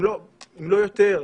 אם לא יותר,